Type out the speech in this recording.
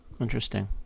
Interesting